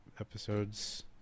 episodes